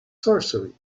sorcery